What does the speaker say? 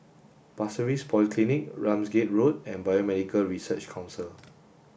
Pasir Ris Polyclinic Ramsgate Road and Biomedical Research Council